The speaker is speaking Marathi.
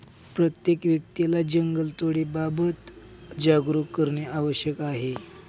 प्रत्येक व्यक्तीला जंगलतोडीबाबत जागरूक करणे आवश्यक आहे